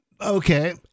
okay